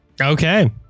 okay